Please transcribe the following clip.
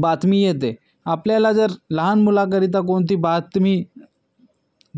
बातमी येते आपल्याला जर लहान मुलाकरीता कोणती बातमी